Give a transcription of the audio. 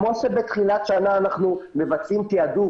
כמו שבתחילת שנה אנחנו מבצעים תיעדוף,